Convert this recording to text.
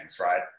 right